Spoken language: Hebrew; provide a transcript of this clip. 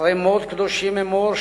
"אחרי מות קדושים אמור",